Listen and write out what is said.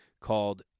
called